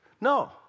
No